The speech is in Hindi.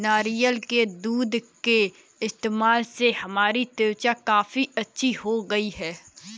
नारियल के दूध के इस्तेमाल से हमारी त्वचा काफी अच्छी हो गई है